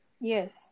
Yes